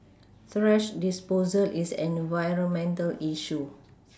thrash disposal is an environmental issue